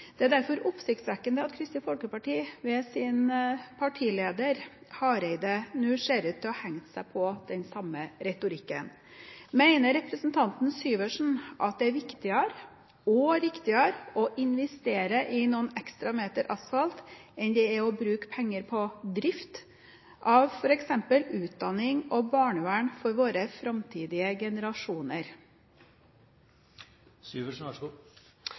Det er derfor oppsiktsvekkende av Kristelig Folkeparti, ved sin partileder Hareide, nå ser ut til å ha hengt seg på den samme retorikken. Mener representanten Syversen at det er viktigere og riktigere å investere i noen ekstra meter asfalt enn det er å bruke penger på drift av f.eks. utdanning og barnevern for våre framtidige generasjoner?